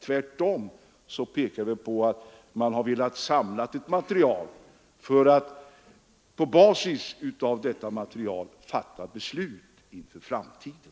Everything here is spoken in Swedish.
Tvärtom vill man få fram material för att kunna fatta beslut inför framtiden.